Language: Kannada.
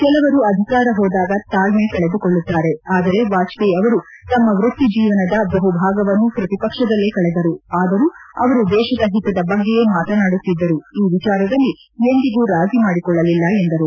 ಕೆಲವರು ಅಧಿಕಾರ ಹೋದಾಗ ತಾಳ್ನೆ ಕಳೆದುಕೊಳ್ಳುತ್ತಾರೆ ಆದರೆ ವಾಜಪೇಯಿ ಅವರು ತಮ್ಮ ವೃತ್ತಿ ಜೀವನದ ಬಹು ಭಾಗವನ್ನು ಪ್ರತಿಪಕ್ಷದಲ್ಲೇ ಕಳೆದರು ಆದರೂ ಅವರು ದೇಶದ ಹಿತದ ಬಗ್ಗೆಯೇ ಮಾತನಾಡುತ್ತಿದ್ದರು ಈ ವಿಚಾರದಲ್ಲಿ ಎಂದಿಗೂ ರಾಜೀ ಮಾಡಿಕೊಳ್ಳಲಿಲ್ಲ ಎಂದರು